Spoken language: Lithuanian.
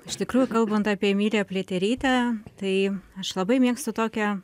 iš tikrųjų kalbant apie emiliją pliaterytę tai aš labai mėgstu tokią